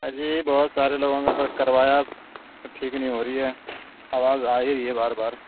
اجی بہت سارے لوگوں کے پاس کروایا پر ٹھیک نہیں ہو رہی ہے آواز آ ہی رہی ہے بار بار